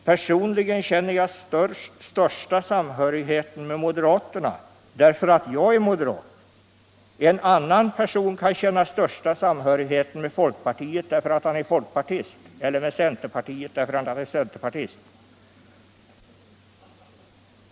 Personligen känner jag den största samhörigheten med moderaterna, eftersom jag är moderat. En annan person kan känna samhörighet med folkpartiet därför att han är folkpartist eller med centerpartiet därför att han är centerpartist.